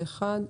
הצבעה אושרה.